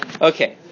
Okay